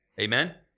amen